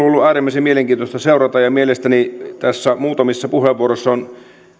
ollut äärimmäisen mielenkiintoista seurata ja mielestäni muutamissa puheenvuoroissa on